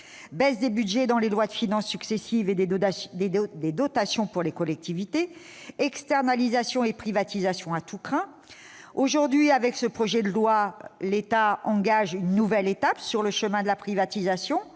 des budgets dans les lois de finances successives, baisse des dotations pour les collectivités, externalisation et privatisation à tout crin. Aujourd'hui, avec ce projet de loi, l'État se lance dans une nouvelle étape sur le chemin de la privatisation.